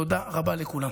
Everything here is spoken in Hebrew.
תודה רבה לכולם.